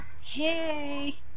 hey